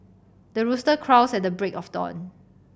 the rooster crows at the break of dawn